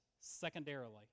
secondarily